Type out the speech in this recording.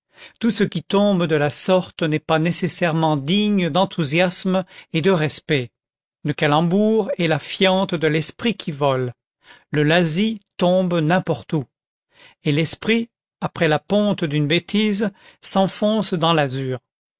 tout ce qui tombe de la sorte n'est pas nécessairement digne d'enthousiasme et de respect le calembour est la fiente de l'esprit qui vole le lazzi tombe n'importe où et l'esprit après la ponte d'une bêtise s'enfonce dans l'azur